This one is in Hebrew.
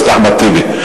חבר הכנסת אחמד טיבי.